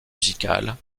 musicales